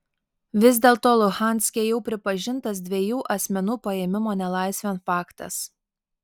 vis dėlto luhanske jau pripažintas dviejų asmenų paėmimo nelaisvėn faktas